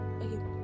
okay